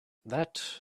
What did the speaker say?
that